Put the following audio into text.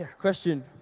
question